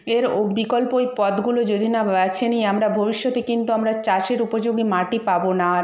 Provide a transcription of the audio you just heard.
এর ও বিকল্প ওই পথগুলো যদি না বাছে নিই আমরা ভবিষ্যতে কিন্তু আমরা চাষের উপযোগী মাটি পাব না আর